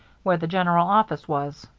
where the general offices was.